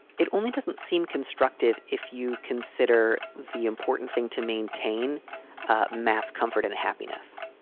it only doesn't seem constructive if you consider the important thing to maintain matt's comfort and happiness.